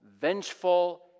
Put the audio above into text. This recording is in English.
vengeful